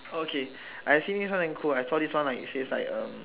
okay I see this one damn cool I saw this like one says like um